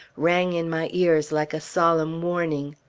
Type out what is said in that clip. rang in my ears like a solemn warning.